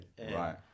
right